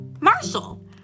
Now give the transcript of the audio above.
Marshall